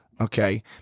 Okay